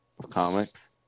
comics